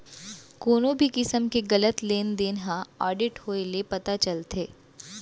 कोनो भी किसम के गलत लेन देन ह आडिट होए ले पता चलथे